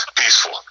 peaceful